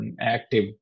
active